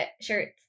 shirts